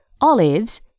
olives